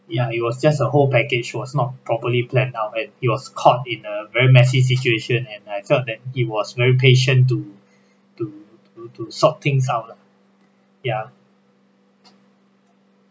ya it was just a whole package it was not properly planned out and he was caught in a very messy situation and I felt that he was very patient to to to to sort things out lah ya